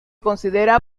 considera